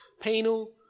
Penal